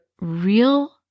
real